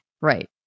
right